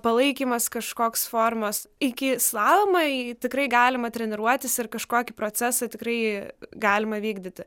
palaikymas kažkoks formos iki slalomo jai tikrai galima treniruotis ir kažkokį procesą tikrai galima vykdyti